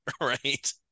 right